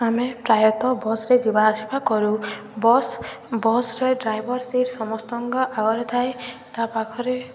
ଆମେ ପ୍ରାୟତଃ ବସ୍ରେ ଯିବା ଆସିବା କରୁ ବସ୍ ବସ୍ରେ ଡ୍ରାଇଭର ସିଟ୍ ସମସ୍ତଙ୍କ ଆଗରେ ଥାଏ ତା ପାଖରେ